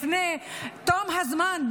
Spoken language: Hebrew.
לפני תום הזמן,